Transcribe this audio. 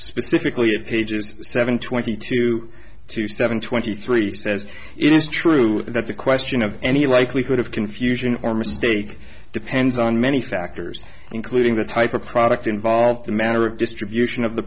specifically of pages seven twenty two two seven twenty three says it is true that the question of any likelihood of confusion or mistake depends on many factors including the type of product involved the manner of distribution of the